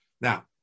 Now